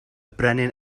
brenin